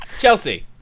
chelsea